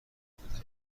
بودم